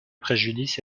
préjudice